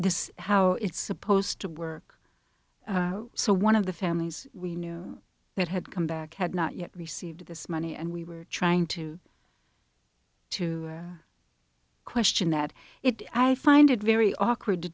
is how it's supposed to work so one of the families we knew that had come back had not yet received this money and we were trying to to question that it i find it very awkward to